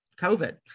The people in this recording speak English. COVID